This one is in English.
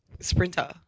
Sprinter